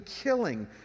killing